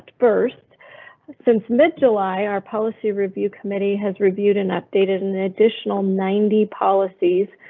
first since mid july, our policy review committee has reviewed and updated an additional ninety policy's,